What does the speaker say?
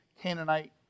Canaanite